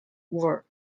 work